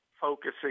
focusing